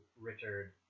Richard